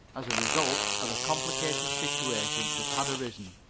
as a result of a complicated situation that had arisen.